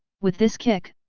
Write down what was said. with this kick,